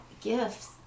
gifts